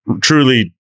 truly